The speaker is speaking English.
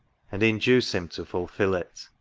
and induce him to fulfil it.